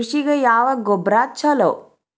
ಕೃಷಿಗ ಯಾವ ಗೊಬ್ರಾ ಛಲೋ?